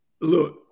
Look